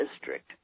district